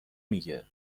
میگه